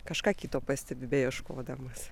kažką kito pastebi beieškodamas